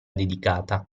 dedicata